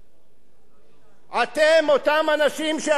אתם אותם אנשים שישבו בוועדת שרים.